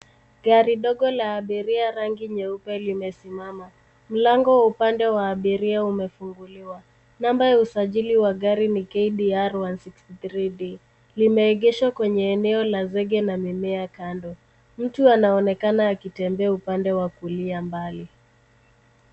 Gari dogo la abiria rangi nyeupe limesimama. Mlango wa upande wa abiria umefunguliwa . Namba ya usajili wa gari ni KDR 163D . Limeegeshwa kwenye eneo la zege na mimea kando. Mtu anaonekana akitembea upande wa kulia mbali.